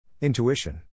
Intuition